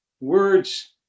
words